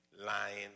Lying